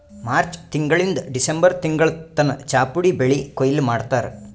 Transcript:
March ತಿಂಗಳಿಂದ್ December ತಿಂಗಳ್ ತನ ಚಾಪುಡಿ ಬೆಳಿ ಕೊಯ್ಲಿ ಮಾಡ್ತಾರ್